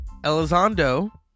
Elizondo